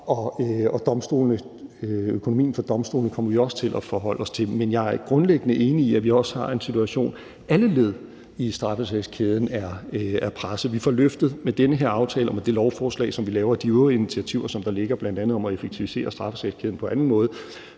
og økonomien for domstolene kommer vi også til at forholde os til. Men jeg er grundlæggende enig i, at vi også har en situation, hvor alle led i straffesagskæden er pressede. Med den her aftale og med det lovforslag, som vi laver, og de øvrige initiativer, som der ligger, bl.a. om at effektivisere straffesagskæden på anden måde,